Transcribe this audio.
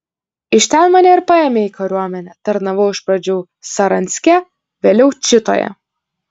iš ten mane ir paėmė į kariuomenę tarnavau iš pradžių saranske vėliau čitoje